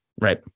right